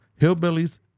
hillbillies